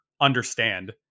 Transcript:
understand